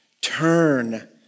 Turn